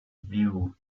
view